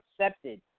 accepted –